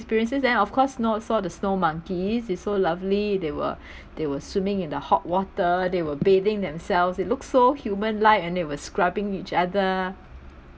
experiences and of course you know saw the snow monkeys is so lovely they were they were swimming in the hot water they were bathing themselves it look so human like and it was scrubbing each other